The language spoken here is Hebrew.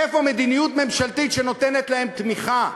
איפה מדיניות ממשלתית שנותנת להם תמיכה,